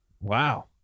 Wow